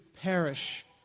perish